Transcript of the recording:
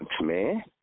man